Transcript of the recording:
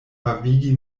havigi